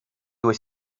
due